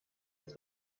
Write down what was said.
uns